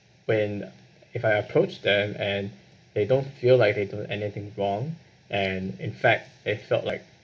when if I approached them and they don't feel like they do anything wrong and in fact they felt like